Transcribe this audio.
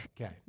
Okay